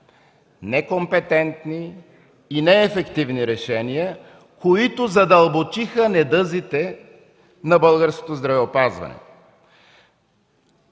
некомпетентни и неефективни решения, които задълбочиха недъзите на българското здравеопазване.